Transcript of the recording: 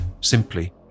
simply